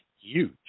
huge